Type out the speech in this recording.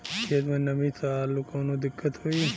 खेत मे नमी स आलू मे कऊनो दिक्कत होई?